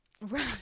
Right